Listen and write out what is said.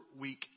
week